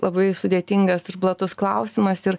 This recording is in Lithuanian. labai sudėtingas ir platus klausimas ir